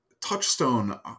Touchstone